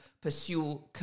pursue